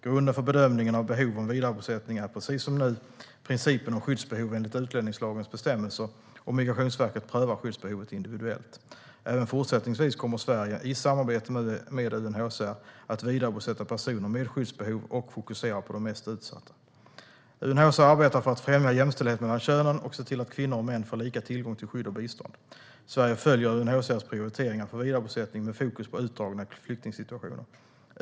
Grunden för bedömningen av behov om vidarebosättning är precis som nu principen om skyddsbehov enligt utlänningslagens bestämmelser, och Migrationsverket prövar skyddsbehovet individuellt. Även fortsättningsvis kommer Sverige, i samarbete med UNHCR, att vidarebosätta personer med skyddsbehov och fokusera på de mest utsatta. UNHCR arbetar för att främja jämställdhet mellan könen och att se till att kvinnor och män får lika tillgång till skydd och bistånd. Sverige följer UNHCR:s prioriteringar för vidarebosättning med fokus på utdragna flyktingsituationer.